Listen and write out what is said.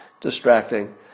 distracting